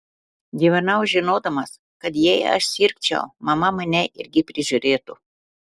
gyvenau žinodamas kad jei aš sirgčiau mama mane irgi prižiūrėtų